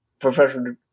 professional